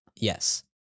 Yes